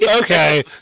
Okay